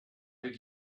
did